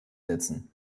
setzen